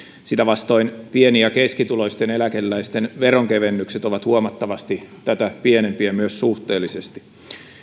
sitä vastoin pieni ja keskituloisten eläkeläisten veronkevennykset ovat huomattavasti tätä pienempiä myös suhteellisesti